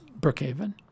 Brookhaven